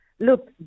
Look